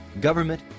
government